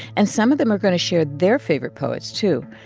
and some of them are going to share their favorite poets, too.